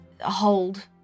hold